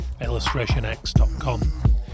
illustrationx.com